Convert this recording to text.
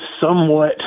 somewhat